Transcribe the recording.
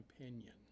opinion